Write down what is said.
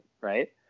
right